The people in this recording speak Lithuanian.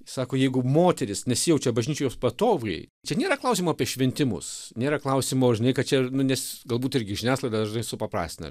sako jeigu moteris nesijaučia bažnyčioje patoviai čia nėra klausimo apie šventimus nėra klausimo žinai kad čia nu nes galbūt irgi žiniasklaida žnai supaprastina